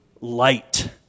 Light